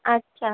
আচ্ছা